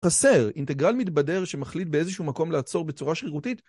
חסר, אינטגרל מתבדר שמחליט באיזשהו מקום לעצור בצורה שרירותית.